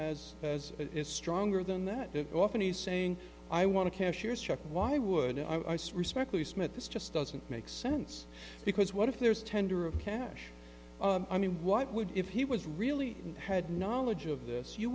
as as is stronger than that often he's saying i want to cashier's check why wouldn't i respectfully submit this just doesn't make sense because what if there's tender of cash i mean what would if he was really had knowledge of this you